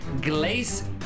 Glace